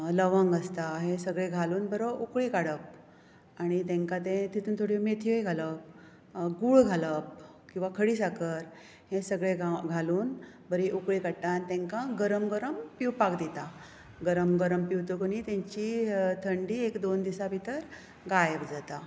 लवंग आसता हें सगळें घालून बरो उकळी काडप आनी तांकां तें तातून थोड्यो मेथ्यो घालप गूळ घालप किंवा खडी साकर हें सगळें घालून बरी उकळी काडटा आनी तेंकां गरम गरम पिवपाक दितां गरम गरम पिवतकच नी तेंची थंडी एक दोन दिवसां भितर गायब जाता